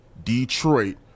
Detroit